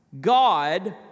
God